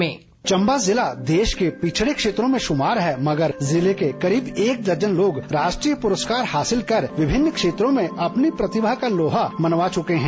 VO Chamba जिला देश के पिछड़े क्षेत्रों में शुमार है मगर जिले के करीब एक दर्जन लोग राष्ट्रीय पुरस्कार हासिल कर विभिन्न क्षेत्रों में अपनी प्रतिभा का लोहा भी मनवा चुके है